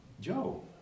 Joe